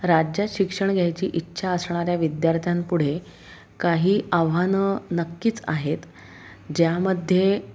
राज्यात शिक्षण घ्यायची इच्छा असणाऱ्या विद्यार्थ्यांपुढे काही आव्हानं नक्कीच आहेत ज्यामध्ये